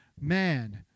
Man